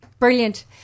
Brilliant